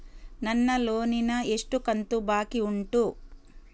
ನನ್ನ ಲೋನಿನ ಎಷ್ಟು ಕಂತು ಬಾಕಿ ಉಂಟು?